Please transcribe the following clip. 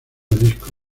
disco